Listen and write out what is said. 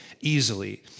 easily